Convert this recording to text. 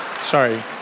sorry